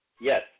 Yes